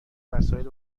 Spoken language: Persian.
وسایل